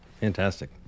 Fantastic